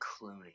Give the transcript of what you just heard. Clooney